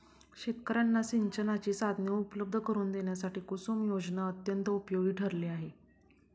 शेतकर्यांना सिंचनाची साधने उपलब्ध करून देण्यासाठी कुसुम योजना अत्यंत उपयोगी ठरली आहे